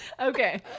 Okay